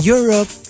Europe